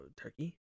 Turkey